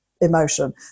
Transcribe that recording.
emotion